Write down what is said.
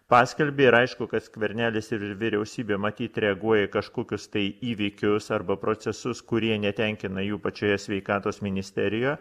paskelbė ir aišku kad skvernelis ir vyriausybė matyt reaguoja į kažkokius tai įvykius arba procesus kurie netenkina jų pačioje sveikatos ministerijoj